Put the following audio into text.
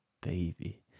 baby